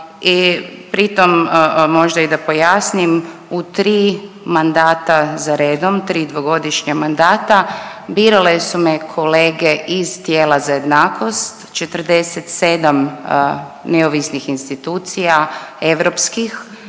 i pri tom možda i da pojasnim u tri mandata za redom, tri dvogodišnja mandata birale su me kolete iz tijela za jednakost 47 neovisnih institucija europskih